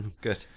Good